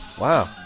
Wow